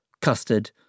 custard